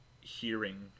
hearing